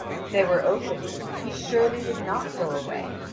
if they were open he surely would not go away,